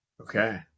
Okay